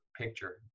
picture